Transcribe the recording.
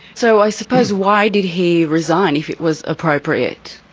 so i suppose why did he resign if it was appropriate?